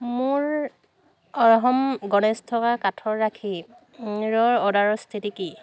মোৰ অৰ্হম গণেশ থকা কাঠৰ ৰাখী অৰ্ডাৰৰ স্থিতি কি